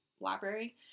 library